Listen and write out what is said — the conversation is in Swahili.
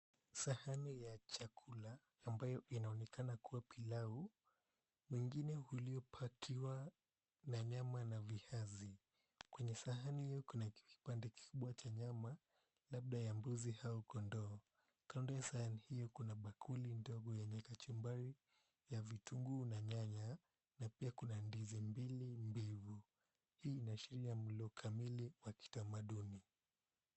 Sahani ya chakula ambayo inaonekana kuwa pilau, mwingine uliopakiwa na nyama na viazi. Kwenye sahani hiyo kuna kipande kikubwa cha nyama, labda ya mbuzi, au kondoo. Kando ya sahani hiyo kuna bakuli ndogo yenye kachumbari, ya vitunguu na nyanya, na pia kuna ndizi mbili mbivu. Hii inaashiria mlo kamili wa kitamaduni.